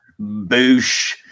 Boosh